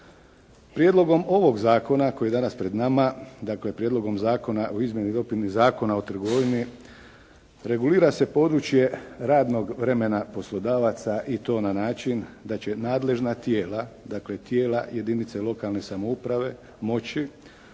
Prijedlogom ovog zakona koji je danas pred nama dakle Prijedlogom zakona o izmjeni i dopuni Zakona o trgovini regulira se područje radnog vremena poslodavaca i to na način da će nadležna tijela, dakle tijela jedinice lokalne samouprave moći,